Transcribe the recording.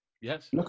Yes